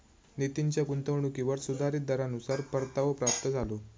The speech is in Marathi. नितीनच्या गुंतवणुकीवर सुधारीत दरानुसार परतावो प्राप्त झालो